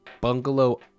bungalow